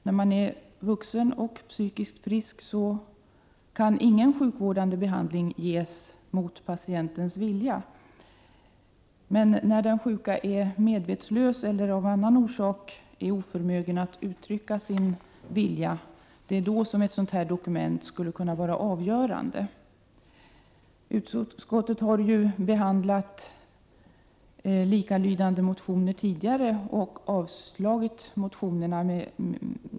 Om patienten är vuxen och psykiskt frisk kan ingen sjukvårdande behandling ges mot hans vilja, men när den sjuke är medvetslös eller av annan orsak är oförmögen att uttrycka sin vilja skulle ett sådant här dokument kunna vara avgörande. Utskottet har behandlat likalydande motioner tidigare och avstyrkt dem.